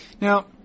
Now